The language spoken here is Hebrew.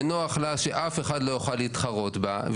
נוח לה שאף אחד לא יוכל להתחרות בה,